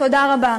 תודה רבה.